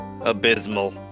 Abysmal